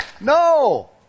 No